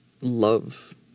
love